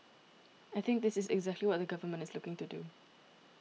I think this is exactly what the government is looking to do